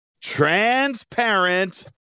transparent